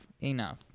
Enough